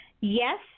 Yes